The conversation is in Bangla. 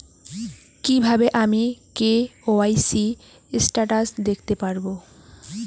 কিভাবে আমি কে.ওয়াই.সি স্টেটাস দেখতে পারবো?